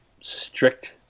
strict